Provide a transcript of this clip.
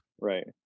Right